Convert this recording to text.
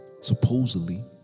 supposedly